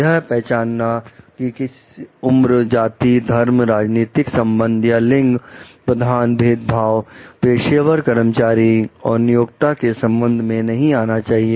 यह पहचानना की किसी उम्र जाति धर्म राजनीतिक संबंध या लिंग प्रधान भेदभाव पेशेवर कर्मचारी और नियोक्ता के संबंध में नहीं आना चाहिए